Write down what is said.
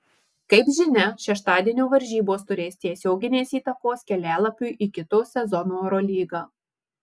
kaip žinia šeštadienio varžybos turės tiesioginės įtakos kelialapiui į kito sezono eurolygą